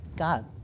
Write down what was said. God